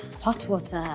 hot water.